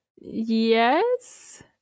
Yes